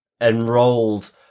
enrolled